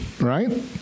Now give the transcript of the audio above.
Right